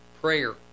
prayer